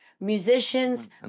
musicians